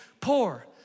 poor